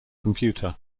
computer